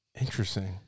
Interesting